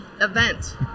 event